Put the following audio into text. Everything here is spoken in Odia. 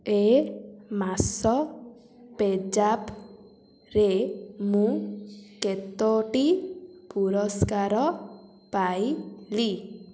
ଏ ମାସ ପେଜାପ୍ରେ ମୁଁ କେତୋଟି ପୁରସ୍କାର ପାଇଲି